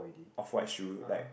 off white shoe like